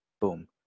boom